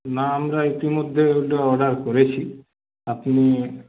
না আমরা ইতিমধ্যে ওটা অর্ডার করেছি আপনি